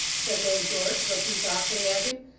said lord george, looking thoughtfully at him.